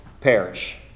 perish